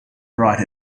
brought